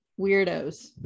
weirdos